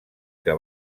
que